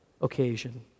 occasion